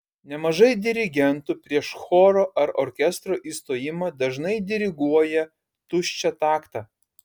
nemažai dirigentų prieš choro ar orkestro įstojimą dažnai diriguoja tuščią taktą